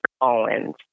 Owens